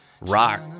rock